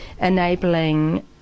enabling